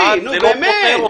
אשי, נו, באמת.